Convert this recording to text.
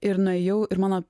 ir nuėjau ir mano